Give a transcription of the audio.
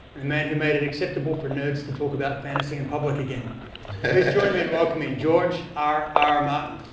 a man who made it acceptable for nerd to talk about fantasy and public again please join me in welcoming george r. r. martin.